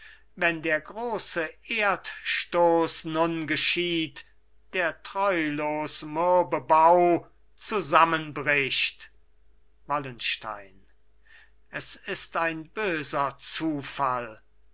wenn der große erdstoß nun geschieht der treulos mürbe bau zusammenbricht wallenstein es ist ein böser zufall